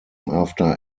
after